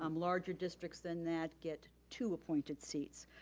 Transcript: um larger districts than that get two appointed seats.